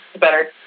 better